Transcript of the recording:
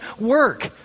work